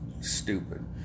stupid